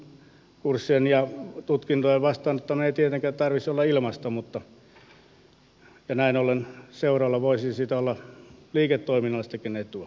näitten kurssien ja tutkintojen vastaanottamisen ei tietenkään tarvitsisi olla ilmaista ja näin ollen seuralla voisi siitä olla liiketoiminnallistakin etua